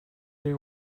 they